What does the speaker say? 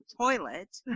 toilet